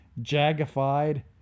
jagified